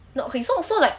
no okay so also like